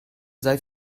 sei